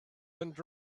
and